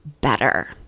better